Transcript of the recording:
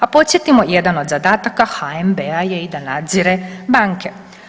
A podsjetimo jedan od zadataka HNB-a je i da nadzire banke.